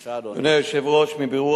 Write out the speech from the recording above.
3. מה ייעשה לביטול